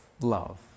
love